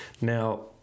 Now